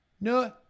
No